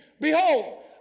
Behold